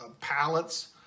pallets